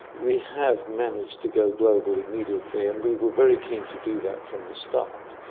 we have managed to go global immediately and we were very keen to do that from the start.